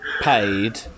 paid